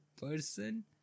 person